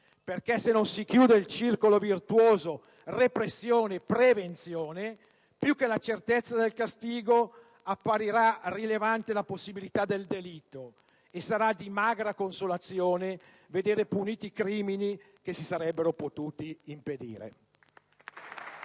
Se non si chiude il circolo virtuoso repressione-prevenzione, infatti, più che la certezza del castigo apparirà rilevante la possibilità del delitto e sarà di magra consolazione vedere puniti crimini che si sarebbero potuti impedire.